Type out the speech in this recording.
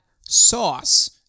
Sauce